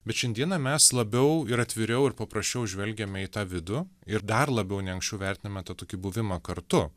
bet šiandieną mes labiau ir atviriau ir paprasčiau žvelgiame į tą vidų ir dar labiau nei anksčiau vertiname tą tokį buvimą kartu